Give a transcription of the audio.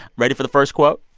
ready for the first quote?